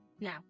Now